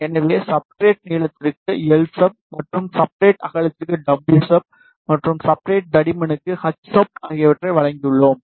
எனவே சப்ஸ்ட்ரட் நீளத்திற்கு L sub மற்றும் சப்ஸ்ட்ரட் அகலத்திற்கு wsub ஹச் சப் மற்றும் சப்ஸ்ட்ரட் தடிமனுக்கு hsub ஹச் சப் ஆகியவற்றை வழங்கியுள்ளோம்